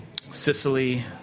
Sicily